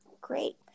great